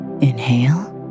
inhale